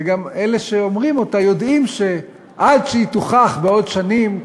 וגם אלה שאומרים אותה יודעים שעד שהיא תוכח בעוד שנים,